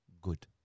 Good